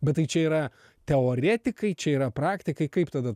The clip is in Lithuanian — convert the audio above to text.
bet tai čia yra teoretikai čia yra praktikai kaip tada